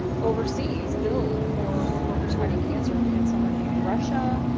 overseas build for woodworkers fighting cancer. we had somebody in russia,